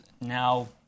now